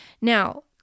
Now